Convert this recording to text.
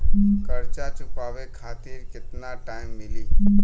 कर्जा चुकावे खातिर केतना टाइम मिली?